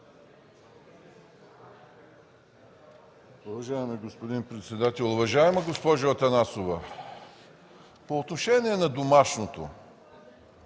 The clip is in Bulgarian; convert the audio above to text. Уважаеми господин председател! Уважаема госпожо Атанасова, по отношение на домашното